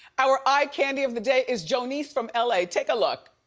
our eye candy of the day is joenie from la, take a look.